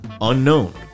unknown